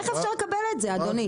איך אפשר לקבל את זה אדוני?